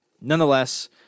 nonetheless